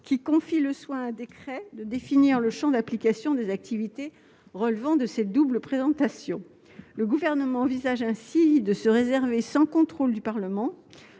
qui confie le soin à un décret de définir le champ d'application des activités relevant de cette double présentation. Le Gouvernement envisage ainsi de se réserver, sans contrôle du Parlement,